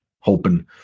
hoping